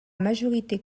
majorité